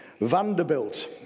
Vanderbilt